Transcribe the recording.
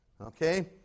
okay